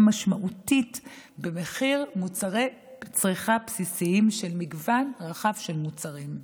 משמעותית במחיר מוצרי צריכה בסיסיים של מגוון רחב של מוצרים.